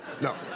No